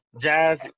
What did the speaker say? Jazz